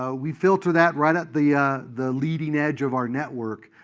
ah we filter that right at the the leading edge of our network,